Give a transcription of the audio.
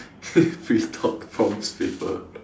free talk prompts paper